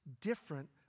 different